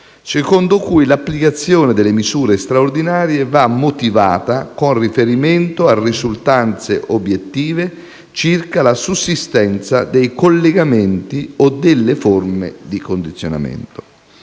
secondo cui l'applicazione delle misure straordinarie va motivata con riferimento a risultanze obiettive circa la sussistenza dei collegamenti o delle forme di condizionamento.